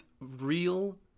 real